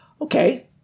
Okay